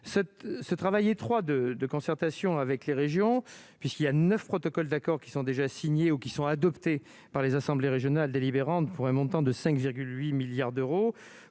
ce travail 3 de de concertation avec les régions puisqu'il y a 9, protocole d'accord qui sont déjà signés ou qui sont adoptées par les assemblées régionales délibérante pour un montant de 5,8 milliards d'euros,